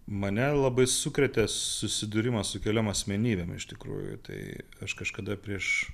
mane labai sukrėtė susidūrimas su keliom asmenybėm iš tikrųjų tai aš kažkada prieš